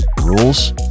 rules